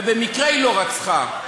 ובמקרה היא לא רצחה,